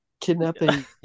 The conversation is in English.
kidnapping